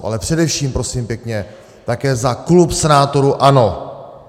Ale především prosím pěkně také za klub senátorů ANO!